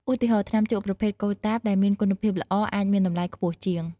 ឧទាហរណ៍ ថ្នាំជក់ប្រភេទកូតាបដែលមានគុណភាពល្អអាចមានតម្លៃខ្ពស់ជាង។